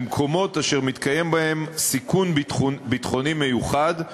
במקומות אשר מתקיים בהם סיכון ביטחוני מיוחד,